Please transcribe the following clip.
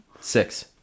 Six